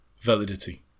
validity